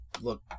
look